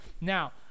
Now